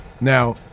Now